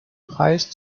highest